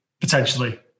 potentially